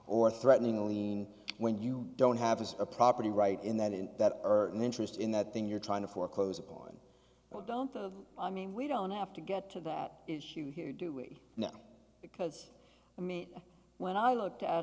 or threatening a lien when you don't have a property right in that in that or an interest in that thing you're trying to foreclose on i don't i mean we don't have to get to that issue here do we know because i mean when i looked at